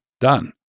done